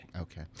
Okay